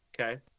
okay